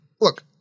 look